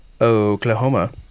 Oklahoma